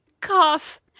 Cough